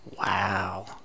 Wow